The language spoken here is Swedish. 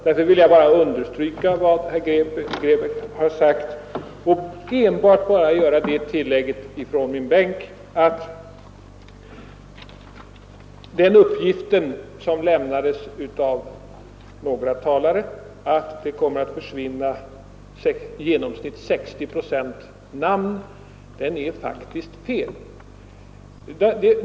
Därför vill jag understryka detta och enbart göra tillägget från min bänk att den uppgift som lämnades av några talare att det kommer att försvinna i genomsnitt 60 procent namn faktiskt är fel.